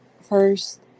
first